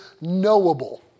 knowable